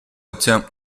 attempt